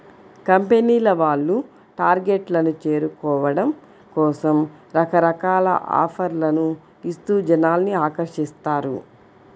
కంపెనీల వాళ్ళు టార్గెట్లను చేరుకోవడం కోసం రకరకాల ఆఫర్లను ఇస్తూ జనాల్ని ఆకర్షిస్తారు